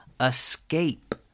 escape